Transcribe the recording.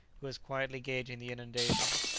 who was quietly gauging the inundation,